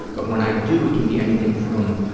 but when i do, it can be anything from